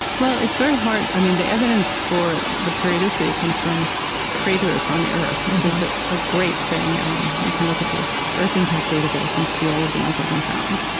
well, it's very hard. i mean the evidence for the periodicity comes from craters on the earth. there's a ah great thing you can look at the earth impact database and see all of the ones that have been found.